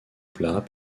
plat